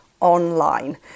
online